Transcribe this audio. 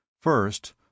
First